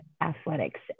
Athletics